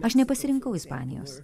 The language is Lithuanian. aš nepasirinkau ispanijos